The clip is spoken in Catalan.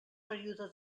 període